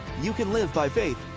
you can live by faith,